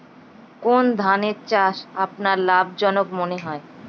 কোন ধানের চাষ আপনার লাভজনক মনে হয়?